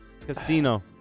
Casino